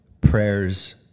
prayers